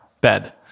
bed